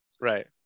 Right